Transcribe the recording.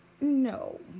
No